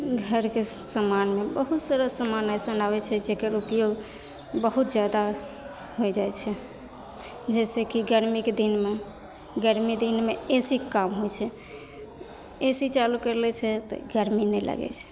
घरके समानमे बहुत तरह समान अइसन अबैत छै जेकर उपयोग बहुत जादा होइ जाइत छै जैसेकी गर्मीके दिनमे गर्मी दिनमे एसीके काम होइत छै ए सी चालू करि लै छै तऽ गर्मी नहि लागैत छै